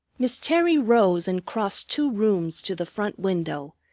miss terry rose and crossed two rooms to the front window,